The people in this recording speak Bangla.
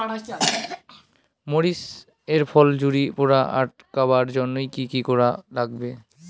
মরিচ এর ফুল ঝড়ি পড়া আটকাবার জইন্যে কি কি করা লাগবে?